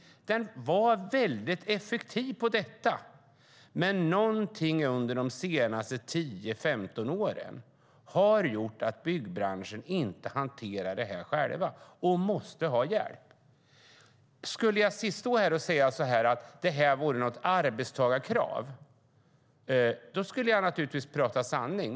Den var väldigt effektiv i detta. Men någonting under de senaste tio femton åren har gjort att byggbranschen inte hanterar detta själva utan måste ha hjälp. Skulle jag stå här och säga att detta vore ett arbetstagarkrav skulle jag naturligtvis prata sanning.